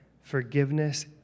forgiveness